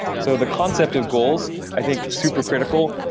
so the concept of goals, i think supercritical,